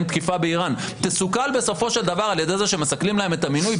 תקיפה באיראן תסוכל בסופו של דבר על ידי זה שמסכלים להם את המינוי,